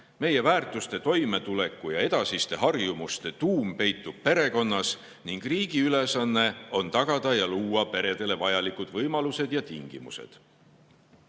Meie väärtuste, toimetuleku ja edasiste harjumuste tuum peitub perekonnas ning riigi ülesanne on tagada ja luua peredele vajalikud võimalused ja tingimused. Meil